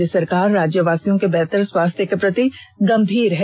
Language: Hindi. राज्य सरकार राज्यवासियों के बेहतर स्वास्थ्य के प्रति गंभीर है